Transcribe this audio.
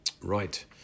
Right